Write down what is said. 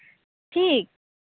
ठीक